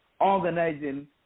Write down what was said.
organizing